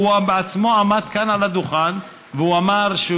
והוא עצמו עמד כאן על הדוכן ואמר שהוא